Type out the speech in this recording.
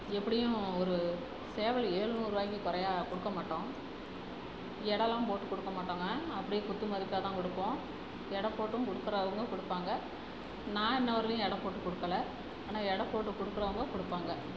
எப்படியும் ஒரு சேவல் ஏழ்நூறுவாய்க்கு குறையா கொடுக்க மாட்டோம் எடைல்லாம் போட்டுக் கொடுக்க மாட்டோங்க அப்படே குத்து மதிப்பாக தான் கொடுப்போம் எடை போட்டும் கொடுக்கறவங்க கொடுப்பாங்க நான் இன்னம்வரைலியும் எடை போட்டுக் கொடுக்கல ஆனால் எடை போட்டுக் கொடுக்கறவங்க கொடுப்பாங்க